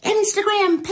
Instagram